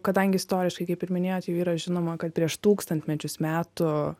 kadangi istoriškai kaip ir minėjot jau yra žinoma kad prieš tūkstantmečius metų